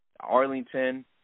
Arlington